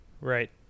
Right